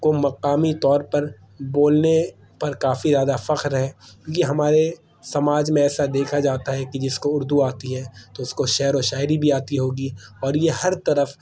کو مقامی طور پر بولنے پر کافی زیادہ فخر ہے یہ ہمارے سماج میں ایسا دیکھا جاتا ہے کہ جس کو اردو آتی ہے تو اس کو شعر و شاعری بھی آتی ہوگی اور یہ ہر طرف